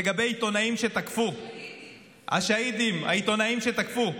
לגבי עיתונאים שתקפו, השהידים, העיתונאים שתקפו.